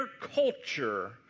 culture